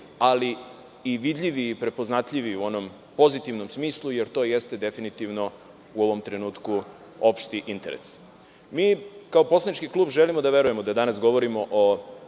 ali i vidljivi i prepoznatljivi u onom pozitivnom smislu, jer to jeste definitivno u ovom trenutku opšti interes. Mi, kao poslanički klub želimo da verujemo da danas govorimo o